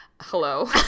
hello